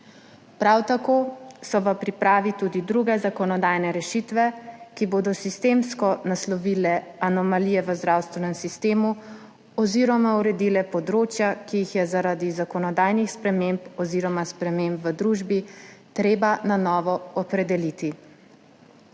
Prav tako so v pripravi tudi druge zakonodajne rešitve, ki bodo sistemsko naslovile anomalije v zdravstvenem sistemu oziroma uredile področja, ki jih je zaradi zakonodajnih sprememb oziroma sprememb v družbi treba na novo opredeliti.